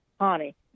honey